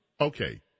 Okay